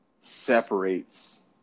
separates